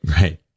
Right